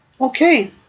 Okay